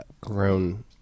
grown